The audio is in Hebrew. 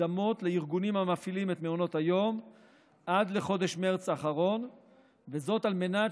מקדמות לארגונים המפעילים את מעונות היום עד לחודש מרץ האחרון על מנת